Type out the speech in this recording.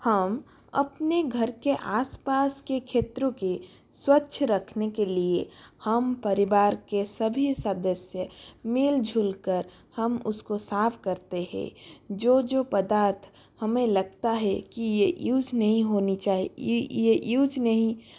हम अपने घर के आसपास के खेतों को स्वच्छ रखने के लिए हम परिवार के सभी सदस्य मिलजुल कर हम उसको साफ़ करते हैं जो जो पदार्थ हमें लगता हे कि ये यूज़ नहीं होनी चाहिए य ये यूज नहीं